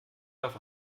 darf